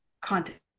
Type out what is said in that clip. content